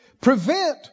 Prevent